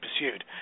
pursued